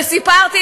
הדעת.